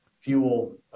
fuel